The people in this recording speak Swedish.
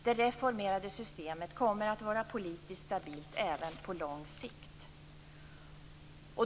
Det reformerade systemet kommer att vara politiskt stabilt även på lång sikt.